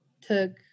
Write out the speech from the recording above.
took